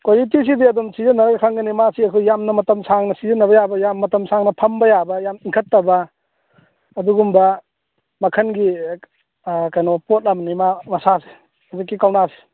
ꯀ꯭ꯋꯥꯂꯤꯇꯤꯁꯤꯗꯤ ꯑꯗꯨꯝ ꯁꯤꯖꯟꯅꯔꯒ ꯈꯪꯒꯅꯤ ꯃꯥꯁꯤ ꯑꯩꯈꯣꯏ ꯌꯥꯝꯅ ꯃꯇꯝ ꯁꯥꯡꯅ ꯁꯤꯖꯤꯟꯅꯕ ꯌꯥꯕ ꯌꯥꯝ ꯃꯇꯝ ꯁꯥꯡꯅ ꯐꯝꯕ ꯌꯥꯕ ꯌꯥꯝ ꯏꯪꯈꯠꯇꯕ ꯑꯗꯨꯒꯨꯝꯕ ꯃꯈꯜꯒꯤ ꯀꯩꯅꯣ ꯄꯣꯠ ꯑꯃꯅꯤ ꯃꯥ ꯃꯁꯥꯁꯦ ꯍꯧꯖꯤꯛꯀꯤ ꯀꯥꯎꯅꯁꯦ